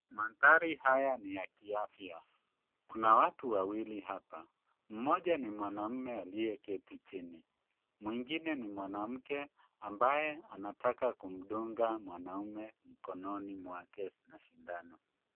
Mandhari haya ni ya kiafya. Kuuna watu wawili hapa mmoja ni mwanaume aliyeketi chini. Mwingine ni mwanamke ambaye anataka kumdunga mwanaume mkononi mwake na sindano.